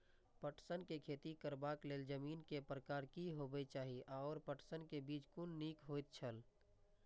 पटसन के खेती करबाक लेल जमीन के प्रकार की होबेय चाही आओर पटसन के बीज कुन निक होऐत छल?